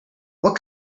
what